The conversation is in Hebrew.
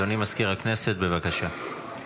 אדוני מזכיר הכנסת, בבקשה.